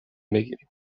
بگیریم